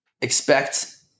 expect